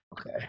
Okay